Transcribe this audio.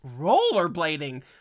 Rollerblading